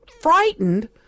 frightened